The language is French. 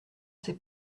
c’est